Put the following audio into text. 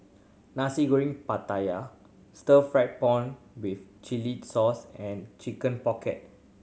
Nasi Goreng Pattaya stir fried prawn with chili sauce and Chicken Pocket